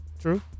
True